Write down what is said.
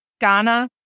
Ghana